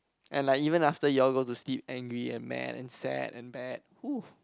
and like even after you all go to sleep angry and mad and sad and bad woof